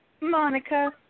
Monica